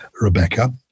Rebecca